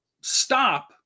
stop